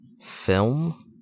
film